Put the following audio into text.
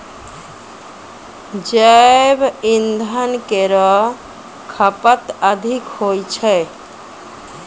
जैव इंधन केरो खपत अधिक होय छै